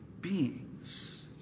beings